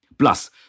Plus